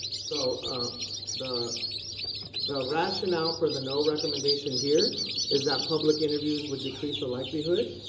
so ah the the rationale for the no recommendation here is that public interviews would decrease the likelihood.